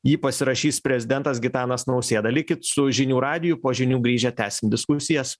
jį pasirašys prezidentas gitanas nausėda likit su žinių radiju po žinių grįžę tęsim diskusijas